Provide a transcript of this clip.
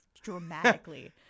dramatically